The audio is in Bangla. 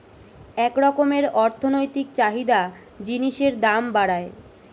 এক রকমের অর্থনৈতিক চাহিদা জিনিসের দাম বাড়ায়